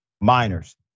minors